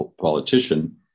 politician